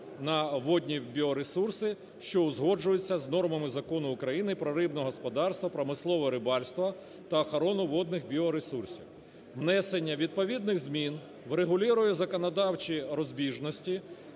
на "водні біоресурси", що узгоджуються з нормами Закону України "Про рибне господарство, промислове рибальство та охорону водних біоресурсів". Внесення відповідних змін врегулює законодавчі розбіжності,